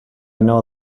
know